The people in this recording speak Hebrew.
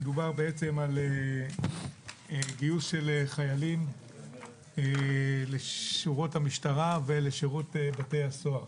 מדובר על גיוס של חיילים לשורות המשטרה ולשירות בתי הסוהר